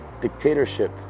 dictatorship